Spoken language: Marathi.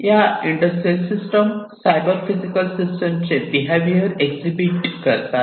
या इंडस्ट्रियल सिस्टम सायबर फिजिकल सिस्टमचे बेहवीवर एक्सहिबिट करतात